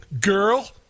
girl